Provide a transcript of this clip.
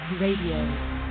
RADIO